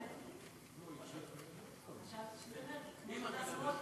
אשתדל לשפר את